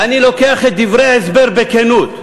אני לוקח את דברי ההסבר בכנות.